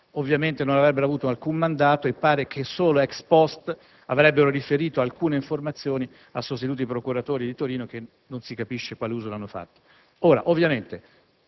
ovviamente ricevuto alcun mandato e pare che solo *ex post* avrebbero riferito alcune informazioni a sostituti procuratori di Torino, i quali non si capisce quale uso ne abbiano fatto. Ora, ovviamente,